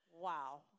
Wow